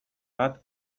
bat